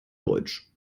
deutsch